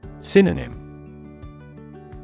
Synonym